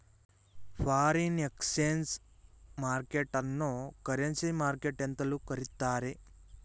foreign exchange market ಅನ್ನೋ currency market ಎಂತಲೂ ಕರಿತ್ತಾರೆ